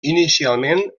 inicialment